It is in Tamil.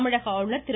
தமிழக ஆளுநர் திரு